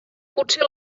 potser